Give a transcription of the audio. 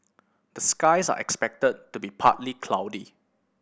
the skies are expected to be partly cloudy